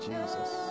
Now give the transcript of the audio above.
Jesus